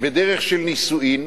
בדרך של נישואין,